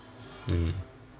mm